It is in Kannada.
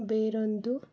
ಬೇರೊಂದು